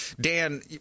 Dan